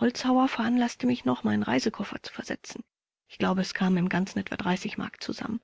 holzhauer veranlaßte mich noch meinen reisekoffer zu versetzen ich glaube es kamen im ganzen etwa mark zusammen